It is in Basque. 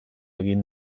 egin